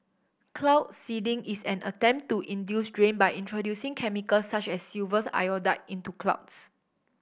cloud seeding is an attempt to induce rain by introducing chemicals such as silver iodide into clouds